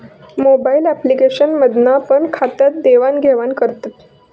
mobile application मधना पण खात्यात देवाण घेवान करतत